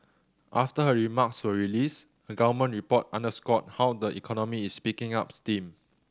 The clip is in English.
after her remarks were released a government report underscored how the economy is picking up steam